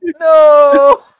No